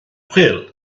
chwil